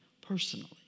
personally